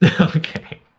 Okay